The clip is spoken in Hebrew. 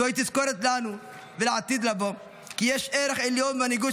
זוהי תזכורת לנו ולעתיד לבוא כי יש ערך עליון במנהיגות